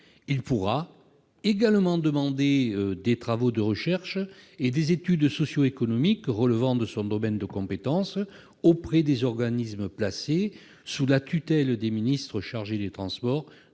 Il pourra également demander des travaux de recherche et des études socio-économiques relevant de son domaine de compétence auprès des organismes placés sous la tutelle des ministres chargés des transports,